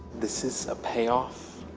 this is a payoff?